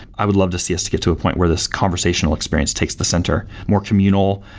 i would love to see us to get to a point where this conversational experience takes the center more communal,